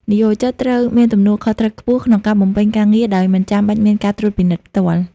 និយោជិតត្រូវមានទំនួលខុសត្រូវខ្ពស់ក្នុងការបំពេញការងារដោយមិនចាំបាច់មានការត្រួតពិនិត្យផ្ទាល់។